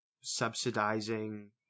subsidizing